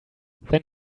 then